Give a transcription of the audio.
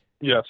Yes